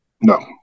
No